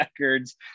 records